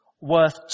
worth